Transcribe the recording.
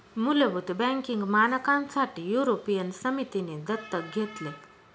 मुलभूत बँकिंग मानकांसाठी युरोपियन समितीने दत्तक घेतले